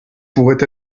pourraient